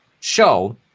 show